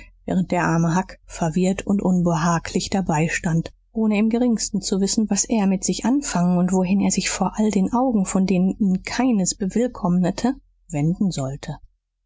während der arme huck verwirrt und unbehaglich dabei stand ohne im geringsten zu wissen was er mit sich anfangen und wohin er sich vor all den augen von denen ihn keines bewillkommnete wenden sollte